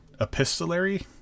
epistolary